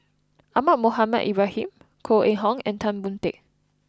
Ahmad Mohamed Ibrahim Koh Eng Hoon and Tan Boon Teik